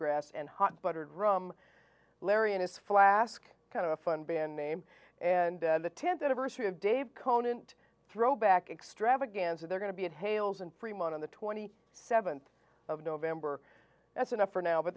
grass and hot buttered rum larry and his flask kind of a fun band name and the tenth anniversary of dave conant throwback extravaganza they're going to be at hales in fremont on the twenty seventh of november that's enough for now but